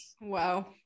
Wow